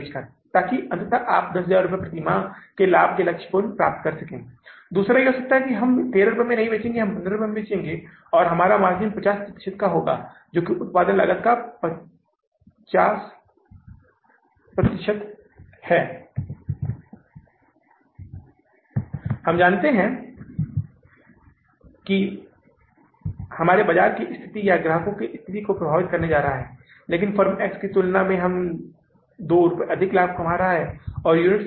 216000 dollar का सकारात्मक शेष अब हमारे पास उपलब्ध है पहले यह नकारात्मक शेष था अब हमारे संग्रह अधिक हैं और हमारा भुगतान कम है तो वहां 216000 डॉलर का सकारात्मक शेष है और नकद का अतिरिक्त या घाटा है ठीक नकद अतिरिक्त या घाटा कितना है फिर से यह 216000 डॉलर है यह अब नकदी से अधिक है मैं इसे ब्रैकेट में नहीं डाल रहा हूं